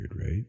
right